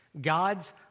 God's